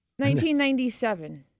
1997